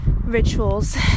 Rituals